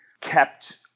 kept